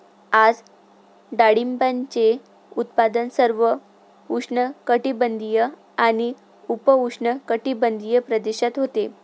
आज डाळिंबाचे उत्पादन सर्व उष्णकटिबंधीय आणि उपउष्णकटिबंधीय प्रदेशात होते